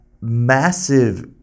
massive